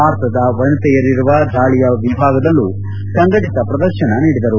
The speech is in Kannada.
ಭಾರತದ ವನಿತೆಯರುವ ದಾಳಿಯ ವಿಭಾಗದಲ್ಲೂ ಸಂಘಟತ ಪ್ರದರ್ಶನ ನೀಡಿದರು